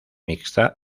mixta